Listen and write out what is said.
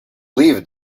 leave